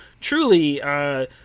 Truly